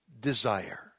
desire